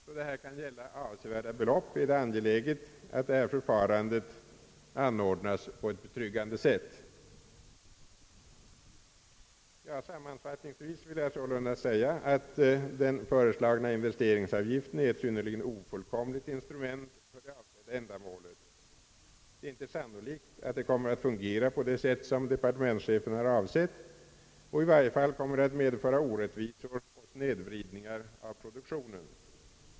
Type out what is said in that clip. Då det här kan gälla avsevärda belopp är det angeläget att detta förfarande anordnas på ett betryggande sätt. Sammanfattningsvis vill jag säga, att den föreslagna investeringsavgiften är ett synnerligen ofullkomligt instrument för det avsedda ändamålet. Det är: inte sannolikt att det kommer att fungera på det sätt, som departementschefen avsett, och i varje fall kommer det att medföra orättvisor och snedvridningar av produktionen.